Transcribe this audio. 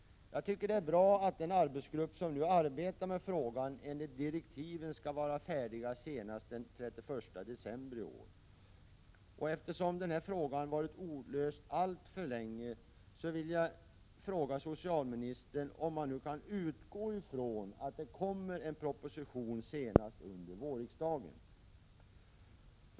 Jag tycker det är bra att den arbetsgrupp som nu arbetar med frågan enligt direktiven skall vara färdig senast den 31 december i år. Eftersom frågan varit olöst alltför länge, vill jag fråga socialministern om man nu kan utgå från att det kommer en proposition senast under vårriksdagen.